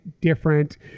different